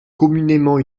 communément